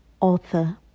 author